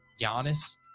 Giannis